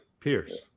pierce